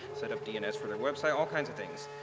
set up dns for their website, all kinds of things.